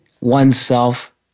oneself